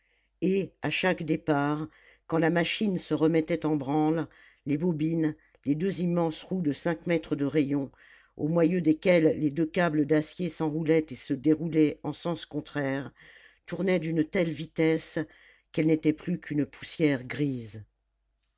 et à chaque départ quand la machine se remettait en branle les bobines les deux immenses roues de cinq mètres de rayon aux moyeux desquels les deux câbles d'acier s'enroulaient et se déroulaient en sens contraire tournaient d'une telle vitesse qu'elles n'étaient plus qu'une poussière grise